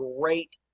great